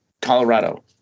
Colorado